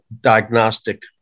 diagnostic